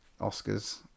Oscars